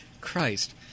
Christ